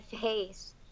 face